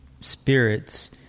spirits